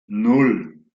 nan